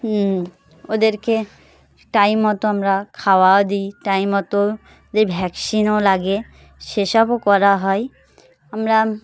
হুম ওদেরকে টাইম মতো আমরা খাবার দিই টাইম মতো ওদের ভ্যাকসিনও লাগে সেসবও করা হয় আমরা